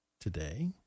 today